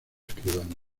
escribano